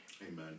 Amen